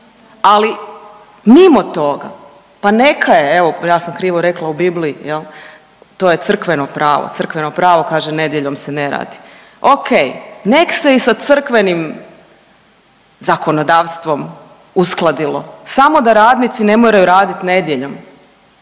ali mimo toga pa neka je, evo ja sam krivo rekla u Bibliji jel, to je crkveno pravo, crkveno pravo kaže nedjeljom se ne radi. Okej, nek se i sa crkvenim zakonodavstvom uskladilo samo da radnici ne moraju radit nedjeljom,